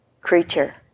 creature